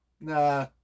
Nah